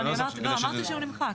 אני אמרתי שהוא נמחק.